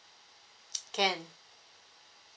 can